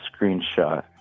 screenshot